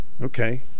Okay